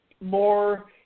more